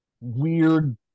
weird